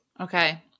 Okay